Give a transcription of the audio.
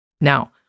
Now